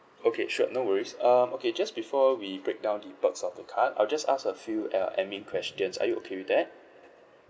okay sure no worries um okay just before we break down the perks of the card I'll just ask a few uh admin questions are you okay with that